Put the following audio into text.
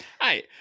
Hi